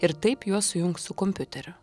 ir taip juos sujungs su kompiuteriu